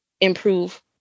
improve